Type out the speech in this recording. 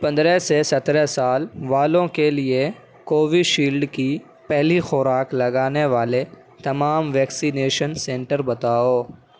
پندرہ سے سترہ سال والوں کے لیے کووی شیلڈ کی پہلی خوراک لگانے والے تمام ویکسینیشن سنٹر بتاؤ